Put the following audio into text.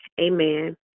Amen